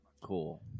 cool